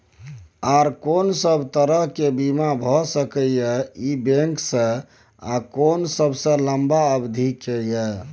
आर कोन सब तरह के बीमा भ सके इ बैंक स आ कोन सबसे लंबा अवधि के ये?